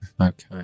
okay